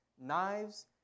knives